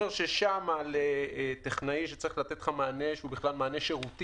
ששם על טכנאי שצריך לתת לך מענה שהוא בכלל שירותי